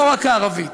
לא רק הערבית,